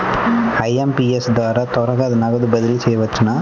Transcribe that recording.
IMPS ద్వారా త్వరగా నగదు బదిలీ చేయవచ్చునా?